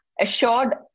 assured